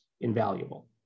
invaluable